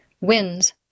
Wins